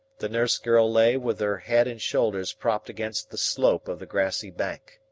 the nurse-girl lay with her head and shoulders propped against the slope of the grassy bank.